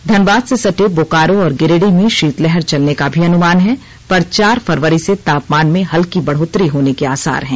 धनबाद से सटे बोकारो और गिरिडीह में शीतलहर चलने का भी अनुमान है पर चार फरवरी से तापमान में हल्की बढ़ोतरी होने के आसार हैं